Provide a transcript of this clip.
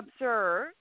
observe